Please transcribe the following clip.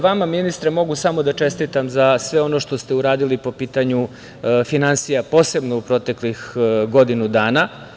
Vama, ministre, mogu samo da čestitam za sve ono što ste uradili po pitanju finansija, posebno u proteklih godinu dana.